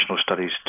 studies